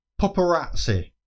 Paparazzi